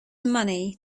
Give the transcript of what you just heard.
money